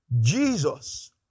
Jesus